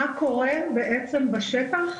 מה קורה בעצם בשטח,